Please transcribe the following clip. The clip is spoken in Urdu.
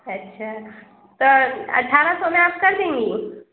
اچھا تو اٹھارہ سو میں آپ کر دیں گی